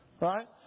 Right